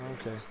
Okay